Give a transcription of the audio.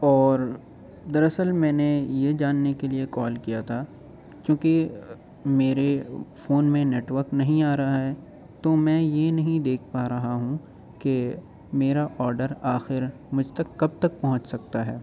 اور دراصل میں نے یہ جاننے کے لیے کال کیا تھا چونکہ میرے فون میں نیٹورک نہیں آ رہا ہے تو میں یہ نہیں دیکھ پا رہا ہوں کہ میرا آرڈر آخر مجھ تک کب تک پہنچ سکتا ہے